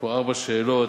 יש פה ארבע שאלות,